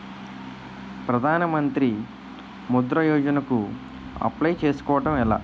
ప్రధాన మంత్రి ముద్రా యోజన కు అప్లయ్ చేసుకోవటం ఎలా?